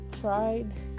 tried